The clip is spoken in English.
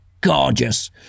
gorgeous